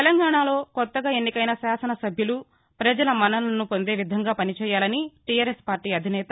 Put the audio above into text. తెలంగాణలో కొత్తగా ఎన్నికైన శాసనసభ్యులు ప్రజల మన్ననలను పొందేవిధంగా పనిచేయాలని టీఆర్ఎస్ పార్టీ అధినేత